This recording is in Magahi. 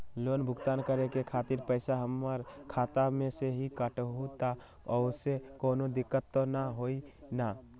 लोन भुगतान करे के खातिर पैसा हमर खाता में से ही काटबहु त ओसे कौनो दिक्कत त न होई न?